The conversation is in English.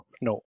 No